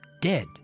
dead